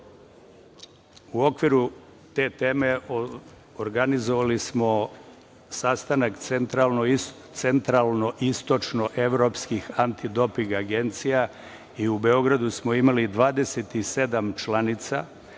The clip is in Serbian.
okviru te teme, organizovali smo sastanak Centralnoistočno-evropskih antidoping agencija u Beogradu smo imali 27 članica,